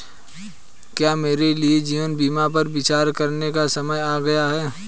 क्या मेरे लिए जीवन बीमा पर विचार करने का समय आ गया है?